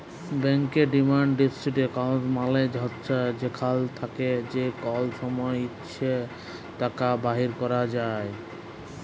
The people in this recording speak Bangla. ব্যাংকের ডিমাল্ড ডিপসিট এক্কাউল্ট মালে হছে যেখাল থ্যাকে যে কল সময় ইছে টাকা বাইর ক্যরা যায়